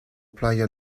playa